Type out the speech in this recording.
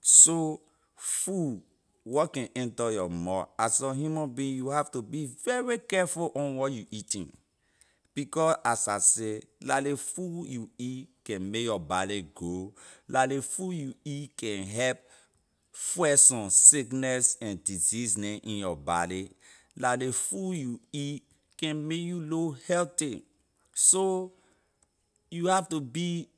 so food wor can enter your mouth as a human being you have to be very careful on wor you eating because as I say la ley food you eat can make your body grow la ley food you eat can help fight some sickness and disease neh in your body la ley food you eat can make you look healthy so you have to be